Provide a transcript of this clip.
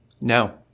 No